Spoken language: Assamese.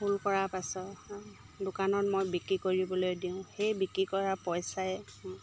ফুল কৰা পাছত দোকানত মই বিক্ৰী কৰিবলৈ দিওঁ সেই বিক্ৰী কৰা পইচাই